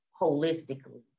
holistically